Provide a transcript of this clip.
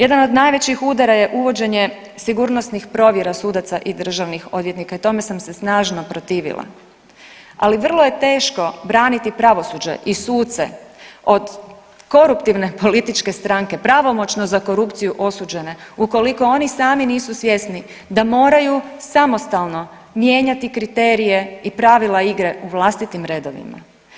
Jedan od najvećih udara je uvođenje sigurnosnih provjera sudaca i državnih odvjetnika i tome sam se snažno protivila, ali vrlo je teško braniti pravosuđe i suce od koruptivne političke stranke, pravomoćno za korupciju osuđene, ukoliko oni sami nisu svjesni da moraju samostalno mijenjati kriterije i pravila igre u vlastitim redovima.